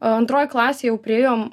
antroj klasėj jau priėjom